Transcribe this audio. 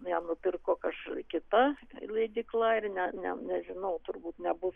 ją nupirko kažkuri kita leidykla ir ne ne nežinau turbūt nebus